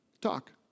Talk